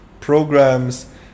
programs